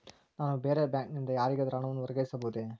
ನಾನು ಬೇರೆ ಬ್ಯಾಂಕ್ ನಿಂದ ಯಾರಿಗಾದರೂ ಹಣವನ್ನು ವರ್ಗಾಯಿಸಬಹುದೇ?